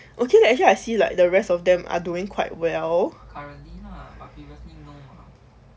okay that actually I see like the rest of them are doing quite well